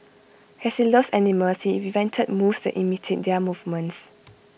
as he loves animals he invented moves that imitate their movements